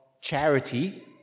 charity